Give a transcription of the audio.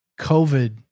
COVID